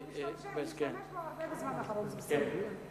אתה משתמש בו הרבה בזמן האחרון, זה בסדר.